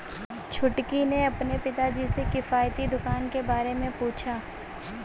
छुटकी ने अपने पिताजी से किफायती दुकान के बारे में पूछा